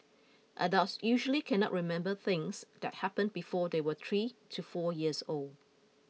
adults usually cannot remember things that happened before they were three to four years old